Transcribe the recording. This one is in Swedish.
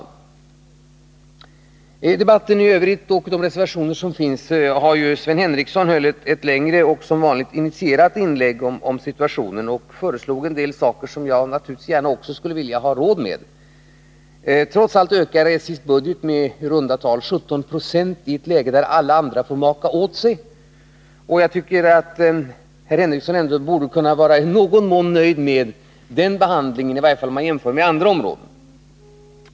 I vad gäller debatten i övrigt och de reservationer som föreligger höll Sven Henricsson ett längre och, som vanligt, initierat inlägg om situationen och föreslog en del saker, som jag naturligtvis gärna också skulle vilja ha råd med. Trots allt ökar SJ:s budget med i runt tal 17 96 i ett läge där alla andra får maka åt sig. Jag tycker att herr Henricsson ändå borde kunna vara i någon mån nöjd med den behandlingen, i varje fall om man jämför med andra områden.